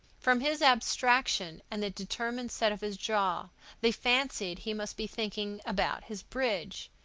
from his abstraction and the determined set of his jaw, they fancied he must be thinking about his bridge.